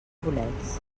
bolets